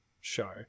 show